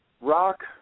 rock